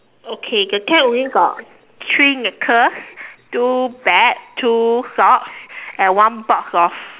okay the tent only got three necklace two bag two socks and one box of